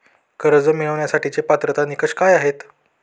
कर्ज मिळवण्यासाठीचे पात्रता निकष काय आहेत?